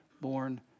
born